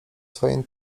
swoim